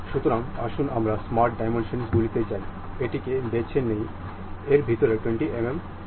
এটি দেখার জন্য আমাদের কাছে এক্সপ্লোর করার জন্য এই বিকল্পটি রয়েছে